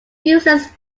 users